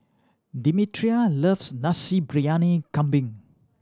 Demetria loves Nasi Briyani Kambing